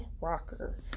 rocker